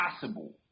possible